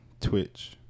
Twitch